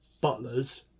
butlers